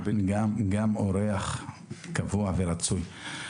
גם אורח קבוע ורצוי.